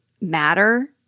matter